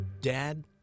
Dad